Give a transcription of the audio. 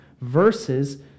verses